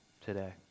today